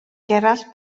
gerallt